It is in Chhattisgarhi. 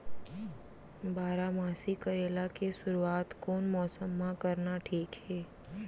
बारामासी करेला के शुरुवात कोन मौसम मा करना ठीक हे?